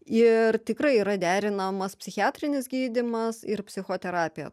ir tikrai yra derinamas psichiatrinis gydymas ir psichoterapija